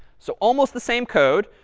so almost the same code.